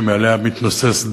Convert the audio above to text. תודה לחבר הכנסת